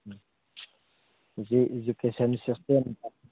ꯎꯝ ꯍꯨꯖꯤꯛ ꯏꯖꯨꯀꯦꯁꯟ ꯁꯤꯁꯇꯦꯝꯗ